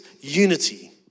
unity